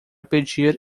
pedir